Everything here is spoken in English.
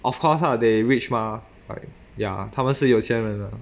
of course lah they rich mah right ya 他们是有钱人 lah